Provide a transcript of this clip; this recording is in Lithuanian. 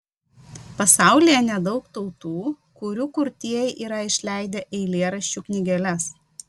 pasaulyje nedaug tautų kurių kurtieji yra išleidę eilėraščių knygeles